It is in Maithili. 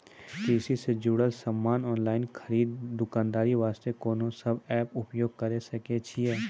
कृषि से जुड़ल समान ऑनलाइन खरीद दुकानदारी वास्ते कोंन सब एप्प उपयोग करें सकय छियै?